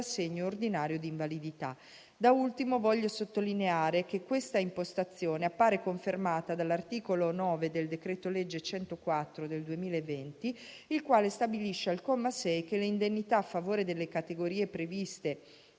l'assegno ordinario di invalidità. Da ultimo, voglio sottolineare che questa impostazione appare confermata dall'articolo 9 del decreto-legge n. 104 del 2020, il quale stabilisce al comma 6 che le indennità a favore delle categorie previste